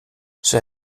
zij